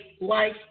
life